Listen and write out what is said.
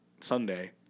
Sunday